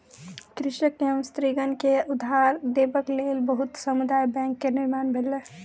कृषक एवं स्त्रीगण के उधार देबक लेल बहुत समुदाय बैंक के निर्माण भेलै